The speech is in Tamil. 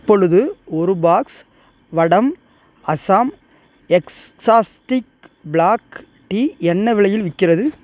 இப்பொழுது ஒரு பாக்ஸ் வடம் அசாம் எக்ஸாஸ்டிக் பிளாக் டீ என்ன விலையில் விக்கிறது